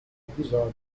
episodi